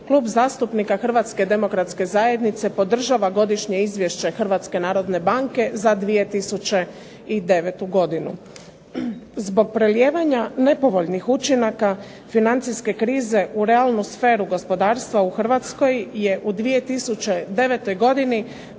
Klub zastupnika Hrvatske demokratske zajednice podržava Godišnje izvješće Hrvatske narodne banke za 2009. godinu. Zbog prelijevanja nepovoljnih učinaka financijske krize u realnu sferu gospodarstva u Hrvatskoj je u 2009. godini